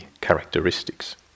characteristics